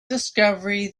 discovery